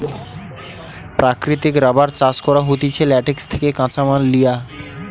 প্রাকৃতিক রাবার চাষ করা হতিছে ল্যাটেক্স থেকে কাঁচামাল লিয়া